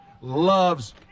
loves